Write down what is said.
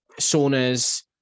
saunas